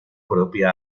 propia